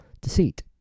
deceit